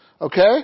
okay